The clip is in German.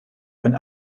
und